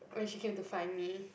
when she came to find me